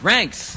Ranks